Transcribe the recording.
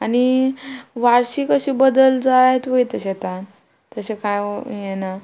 आनी वार्शीक अशी बदल जायत वयता शेतान तशें कांय हें ना